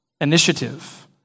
initiative